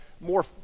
more